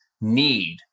need